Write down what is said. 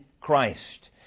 Christ